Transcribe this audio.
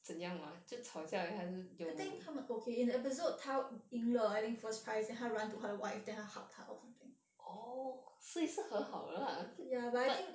I think 他们 okay in the episode 他赢了 I think first prize then 他 run to 他的 wife then 他 hug 她 or something ya but I think